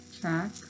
track